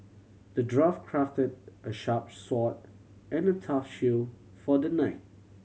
the dwarf crafted a sharp sword and a tough shield for the knight